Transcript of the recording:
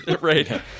Right